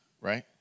right